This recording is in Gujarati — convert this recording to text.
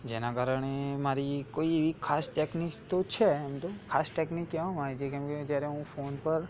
જેના કારણે મારી એવી કોઈ ખાસ ટેકનીક તો છે એમ તો ખાસ ટેકનીક કહેવામાં આવે છે કેમ કે જ્યારે હું ફોન પર